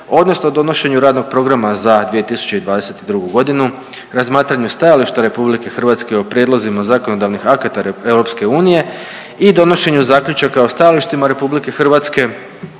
odnosno donošenju radnog programa za 2022. godinu, razmatranje stajališta RH o prijedlozima zakonodavnih akata EU i donošenju zaključaka o stajalištima RH, razmatranju